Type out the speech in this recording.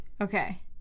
okay